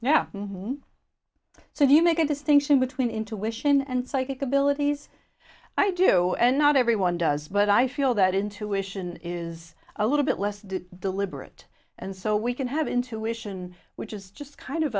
so you make a distinction between intuition and psychic abilities i do and not everyone does but i feel that intuition is a little bit less do deliberate and so we can have intuition which is just kind of